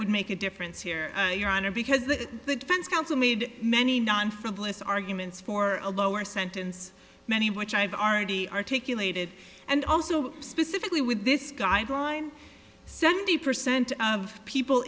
would make a difference here your honor because the defense counsel made many non frivolous arguments for a lower sentence many which i've already articulated and also specifically with this guideline seventy percent of people